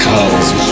Colors